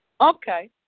Okay